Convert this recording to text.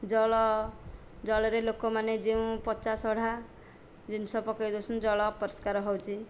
ଜଳରେ ଲୋକମାନେ ଯେଉଁ ପଚାଷଢ଼ା ଜିନିଷ ପକାଇ ଦେଉଛନ୍ତି ଜଳ ଅପରିଷ୍କାର ହେଉଛି